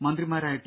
മന്ത്രിമാരായ ടി